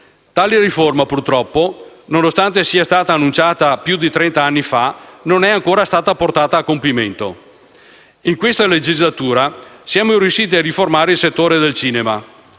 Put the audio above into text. Tale riforma, purtroppo, nonostante sia stata annunciata più di trent'anni fa, non è ancora stata portata a compimento. In questa legislatura siamo riusciti a riformare il settore del cinema.